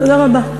תודה רבה.